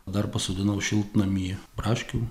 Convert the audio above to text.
dar pasodinau šiltnamy braškių